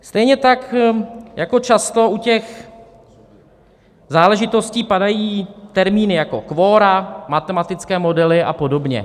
Stejně tak jako často u těch záležitostí padají termíny jako kvora, matematické modely apod.